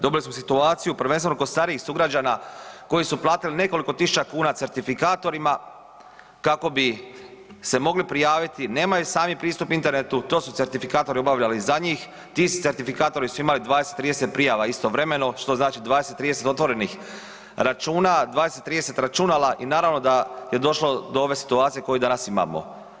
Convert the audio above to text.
Dobili smo situaciju prvenstveno kod starijih sugrađana koji su platili nekoliko tisuća certitikatorima kako bi se mogli prijaviti, nemaju sami pristup internetu, to su certifikatori obavljali za njih, ti certifikatori su imali 20, 30 prijava istovremeno, što znači 20, 30 otvorenih računa, 20, 30 računala i naravno da je došlo do ove situacije koju danas imamo.